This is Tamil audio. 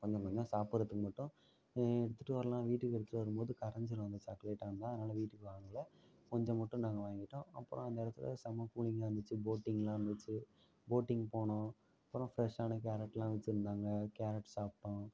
கொஞ்சம் கொஞ்சம் சாப்பிட்றதுக்கு மட்டும் எடுத்துட்டு வரலாம் வீட்டுக்கு எடுத்துட்டு வரும்போது கரைஞ்சிரும் அந்தச் சாக்லேட்டாக இருந்தால் அதனால வீட்டுக்கு வாங்கலை கொஞ்சம் மட்டும் நாங்கள் வாங்கிட்டோம் அப்புறம் அந்த இடத்துல செம்ம கூளிங்காக இருந்துச்சு போட்டிங்லாம் இருந்துச்சு போட்டிங் போனோம் அப்புறம் ஃபிரஷ்ஷான கேரட்லாம் வச்சிருந்தாங்கள் கேரட் சாப்பிட்டோம்